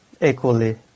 equally